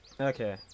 Okay